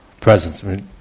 presence